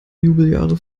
jubeljahre